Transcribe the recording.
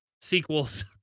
sequels